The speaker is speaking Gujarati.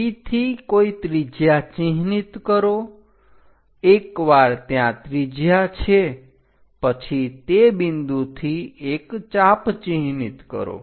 P થી કોઈ ત્રિજ્યા ચિહ્નિત કરો એકવાર ત્યાં ત્રિજ્યા છે પછી તે બિંદુથી એક ચાપ ચિહ્નિત કરો